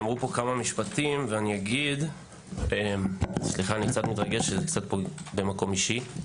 אני קצת מתרגש כי זה גם מקום אישי.